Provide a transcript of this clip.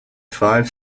five